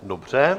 Dobře.